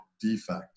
defect